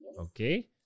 Okay